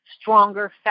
stronger